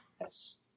Yes